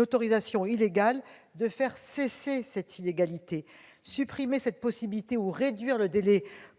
autorisation illégale, de faire cesser cette illégalité. Supprimer cette possibilité ou réduire le délai,